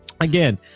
again